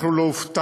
אנחנו לא הופתענו,